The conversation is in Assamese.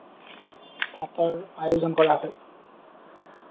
ভাতৰ আয়োজন কৰা হয়